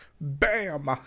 Bam